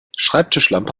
schreibtischlampe